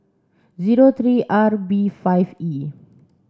zero three R B five E